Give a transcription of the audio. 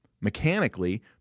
mechanically